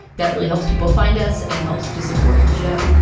that really helps people find us and helps to support the show.